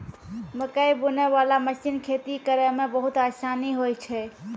मकैइ बुनै बाला मशीन खेती करै मे बहुत आसानी होय छै